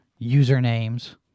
usernames